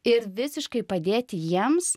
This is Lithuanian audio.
ir visiškai padėti jiems